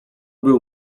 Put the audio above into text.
był